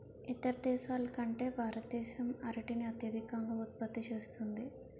ఇతర దేశాల కంటే భారతదేశం అరటిని అత్యధికంగా ఉత్పత్తి చేస్తుంది